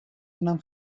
دونم